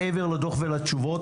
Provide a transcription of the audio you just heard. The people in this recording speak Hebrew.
מעבר לדוח ולתשובות,